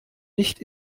nicht